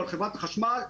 על חברת החשמל,